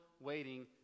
waiting